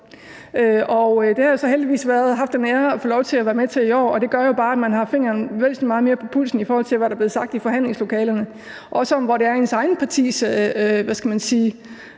jeg så heldigvis haft den ære at få lov til at være med til i år, og det gør jo bare, at man har fingeren væsentlig meget mere på pulsen i forhold til, hvad der er blevet sagt i forhandlingslokalerne, og også hvor vores eget partis vurderinger